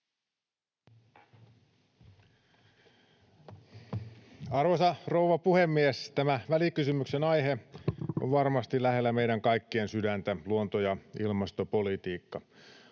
Arvoisa rouva puhemies! Tämä välikysymyksen aihe on varmasti lähellä meidän kaikkien sydäntä, luonto- ja ilmastopolitiikka.